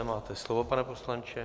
Máte slovo, pane poslanče.